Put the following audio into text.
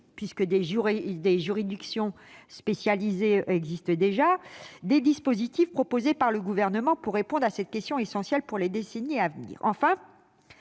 des juridictions spécialisées, en effet, existent déjà -, des dispositifs proposés par le Gouvernement pour répondre à cette question essentielle pour les décennies à venir. Enfin,